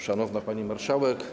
Szanowna Pani Marszałek!